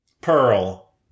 Pearl